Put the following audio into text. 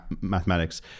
mathematics